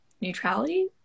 neutrality